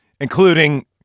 including